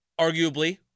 arguably